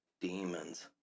demons